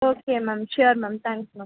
okay ma'am sure ma'am thanks ma'am